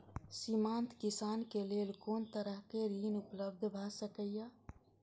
सीमांत किसान के लेल कोन तरहक ऋण उपलब्ध भ सकेया?